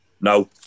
no